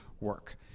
work